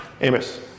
Amos